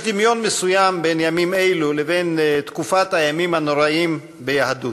יש דמיון מסוים בין ימים אלו לבין תקופת הימים הנוראים ביהדות.